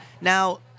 now